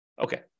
Okay